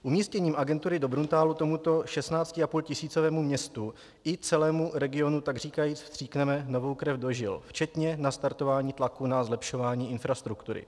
Umístěním agentury do Bruntálu tomuto 16,5tisícovému městu i celému regionu takříkajíc vstříkneme novou krev do žil, včetně nastartování tlaku na zlepšování infrastruktury.